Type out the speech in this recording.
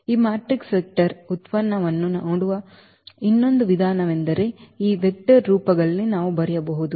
ಈ matrix vector ಉತ್ಪನ್ನವನ್ನು ನೋಡುವ ಇನ್ನೊಂದು ವಿಧಾನವೆಂದರೆ ಈ ವೆಕ್ಟರ್ ರೂಪಗಳಲ್ಲಿ ನಾವು ಬರೆಯಬಹುದು